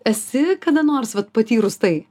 esi kada nors vat patyrus tai